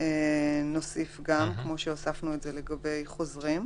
כמו שהוספנו לגבי החוזרים.